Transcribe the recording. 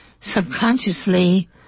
subconsciously